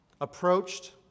approached